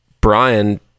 Brian